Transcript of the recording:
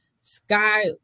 Sky